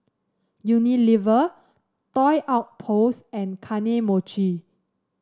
Unilever Toy Outpost and Kane Mochi